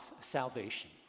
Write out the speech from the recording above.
salvation